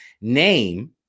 Name